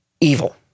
evil